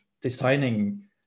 designing